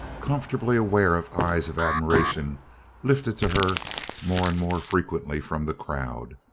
comfortably aware of eyes of admiration lifted to her more and more frequently from the crowd.